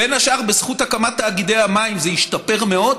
בין השאר בזכות הקמת תאגידי המים, זה השתפר מאוד: